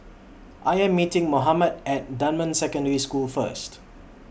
I Am meeting Mohammed At Dunman Secondary School First